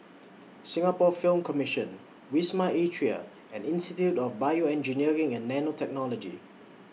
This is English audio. Singapore Film Commission Wisma Atria and Institute of Bioengineering and Nanotechnology